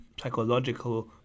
psychological